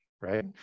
right